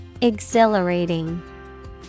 Exhilarating